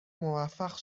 موفق